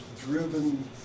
driven